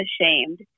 ashamed